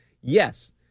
yes